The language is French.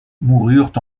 moururent